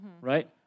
right